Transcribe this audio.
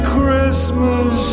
Christmas